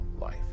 life